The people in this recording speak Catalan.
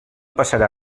passarà